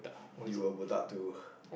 you were botak too